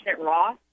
raw